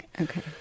Okay